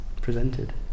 presented